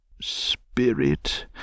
Spirit